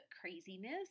craziness